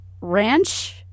ranch